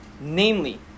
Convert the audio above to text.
Namely